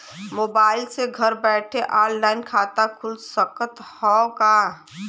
Mobile से घर बैठे ऑनलाइन खाता खुल सकत हव का?